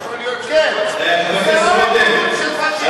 יכול להיות, זה לא רק, של פאשיסטים.